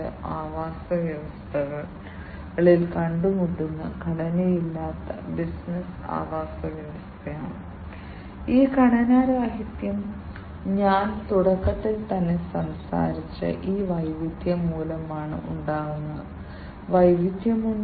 അതിനാൽ അത് സ്വയം തീരുമാനിക്കേണ്ടതുണ്ട് അതിന് സ്വയം നിരീക്ഷിക്കാൻ കഴിയും കൂടാതെ ആംബിയന്റ് സാഹചര്യങ്ങളെ അടിസ്ഥാനമാക്കി അതിന് സ്വന്തമായി ചില തീരുമാനങ്ങൾ എടുക്കാൻ കഴിയും